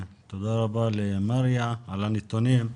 תודה רבה למריה על הנתונים.